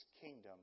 kingdom